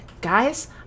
guys